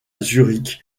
zurich